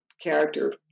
character